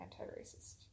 anti-racist